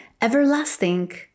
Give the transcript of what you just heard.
everlasting